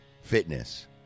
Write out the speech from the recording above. Fitness